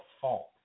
fault